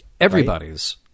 Everybody's